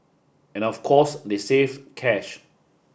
and of course they save cash